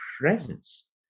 presence